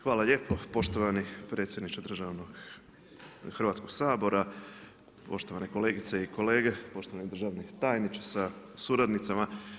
Hvala lijepo poštovani predsjedniče Hrvatskoga sabora, poštovane kolegice i kolege, poštovani državni tajniče sa suradnicama.